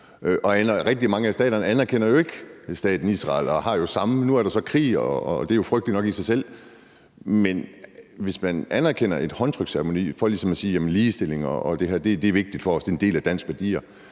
rigtig mange af staterne anerkender jo ikke staten Israel. Nu er der så krig, og det er frygtelig nok i sig selv, men hvis man anerkender en håndtryksceremoni for ligesom at sige, at ligestilling og det her er vigtigt for os, fordi det er en del af de danske værdier,